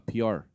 PR